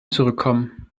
zurückkommen